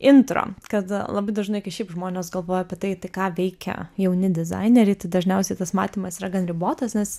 intro kad labai dažnai kai šiaip žmonės galvoja apie tai tai ką veikia jauni dizaineriai tai dažniausiai tas matymas yra gan ribotas nes